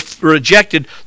rejected